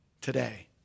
today